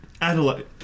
Adelaide